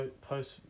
Post